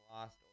lost